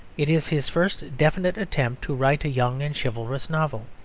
it is his first definite attempt to write a young and chivalrous novel.